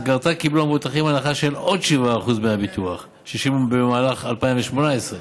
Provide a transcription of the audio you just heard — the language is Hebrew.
ובמסגרתה קיבלו המבוטחים הנחה של עוד 7% בדמי הביטוח ששילמו במהלך 2018,